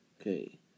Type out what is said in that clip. Okay